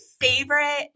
favorite